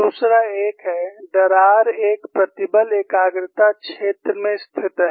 दूसरा एक है दरार एक प्रतिबल एकाग्रता क्षेत्र में स्थित है